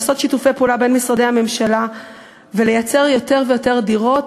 לעשות שיתופי פעולה בין משרדי הממשלה ולייצר יותר ויותר דירות,